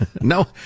No